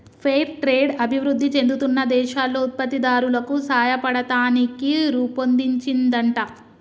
fair trade అభివృధి చెందుతున్న దేశాల్లో ఉత్పత్తి దారులకు సాయపడతానికి రుపొన్దించిందంట